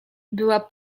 była